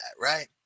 right